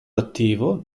attivo